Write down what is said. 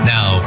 Now